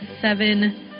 seven